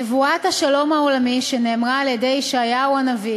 נבואת השלום העולמי שנאמרה על-ידי ישעיהו הנביא